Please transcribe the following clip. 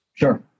Sure